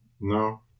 No